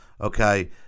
Okay